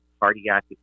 cardiac